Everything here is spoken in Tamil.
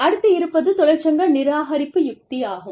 அடுத்து இருப்பது தொழிற்சங்க நிராகரிப்பு யுக்தி ஆகும்